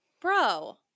bro